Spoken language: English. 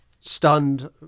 stunned